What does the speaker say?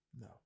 No